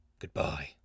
Goodbye